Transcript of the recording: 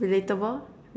relatable